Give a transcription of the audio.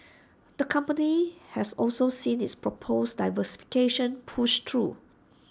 the company has also seen its proposed diversification pushed through